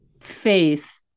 faith